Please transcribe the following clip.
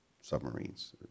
submarines